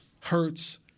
Hurts